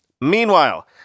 Meanwhile